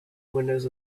windows